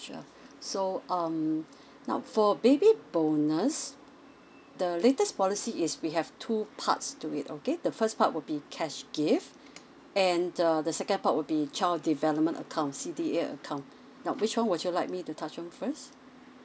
sure so um now for baby bonus the latest policy is we have two parts to it okay the first part would be cash gift and the the second part would be child development accounts C D A account now which one would you like me to touch on first